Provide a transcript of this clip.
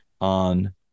on